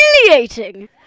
humiliating